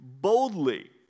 boldly